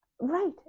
Right